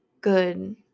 good